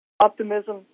Optimism